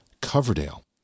Coverdale